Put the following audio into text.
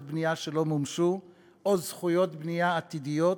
בנייה שלא מומשו או זכויות בנייה עתידיות